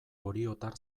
oriotar